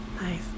nice